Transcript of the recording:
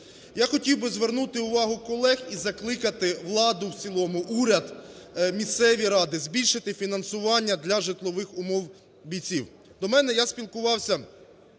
Я хотів би звернути увагу колег і закликати владу в цілому, уряд, місцеві ради збільшити фінансування для житлових умов бійців. До мене, я спілкувався,